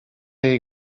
jej